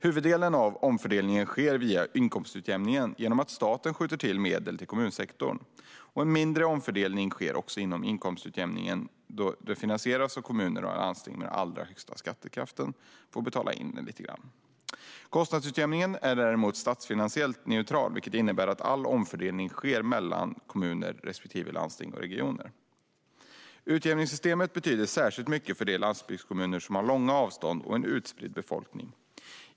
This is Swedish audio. Huvuddelen av omfördelningen sker via inkomstutjämningen genom att staten skjuter till medel till kommunsektorn. En mindre del av omfördelningen inom inkomstutjämningen finansieras av kommunerna och landstingen genom att de med allra högst skattekraft får betala lite grann. Kostnadsutjämningen är däremot statsfinansiellt neutral, vilket innebär att all omfördelning sker mellan kommuner respektive mellan landsting och regioner. Utjämningssystemet betyder särskilt mycket för de landsbygdskommuner som har långa avstånd och en utspridd befolkning.